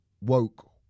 Woke